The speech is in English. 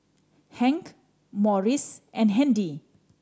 Hank Maurice and Handy